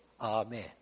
Amen